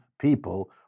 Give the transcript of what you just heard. people